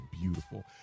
beautiful